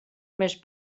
més